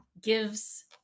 gives